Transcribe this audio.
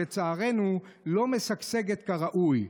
שלצערנו לא משגשגת כראוי.